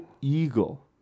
eagle